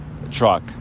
truck